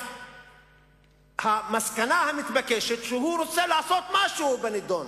אז המסקנה המתבקשת היא שהוא רוצה לעשות משהו בנדון.